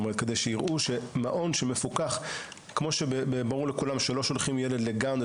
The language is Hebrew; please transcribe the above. כמו שברור לכולם שלא שולחים ילד לגן או